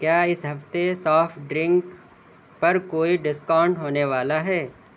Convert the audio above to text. کیا اس ہفتے سافٹ ڈرنک پر کوئی ڈسکاؤنٹ ہونے والا ہے